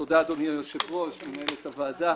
תודה, אדוני היושב-ראש, מנהלת הוועדה.